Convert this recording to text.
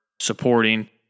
supporting